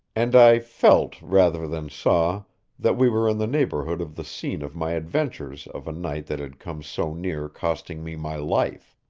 and i felt rather than saw that we were in the neighborhood of the scene of my adventures of a night that had come so near costing me my life.